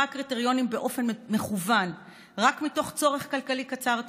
קריטריונים באופן מכוון רק מתוך צורך כלכלי קצר טווח,